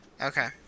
Okay